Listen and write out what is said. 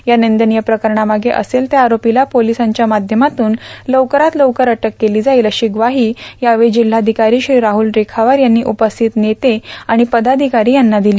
या निंदनीय प्रकारामागे असेल त्या आरोपीला पोलिसांच्या माध्यमातून लवकरात लवकर अटक केली जाईल कठोर शिक्षा केली जाईल अशी ग्वाही यावेळी जिल्हाधिकारी श्री राहुल रेखावार यांनी उपस्थित नेते आणि पदाधिकारी यांना दिली